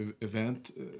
event